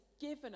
given